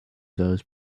those